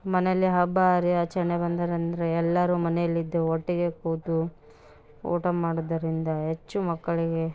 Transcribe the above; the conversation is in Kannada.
ಮನೆಯಲ್ಲಿ ಹಬ್ಬ ಹರಿ ಆಚರಣೆ ಬಂದರೆ ಅಂದರೆ ಎಲ್ಲರು ಮನೆಯಲಿದ್ದು ಒಟ್ಟಿಗೆ ಕೂತು ಊಟ ಮಾಡೋದರಿಂದ ಹೆಚ್ಚು ಮಕ್ಕಳಿಗೆ